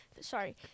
Sorry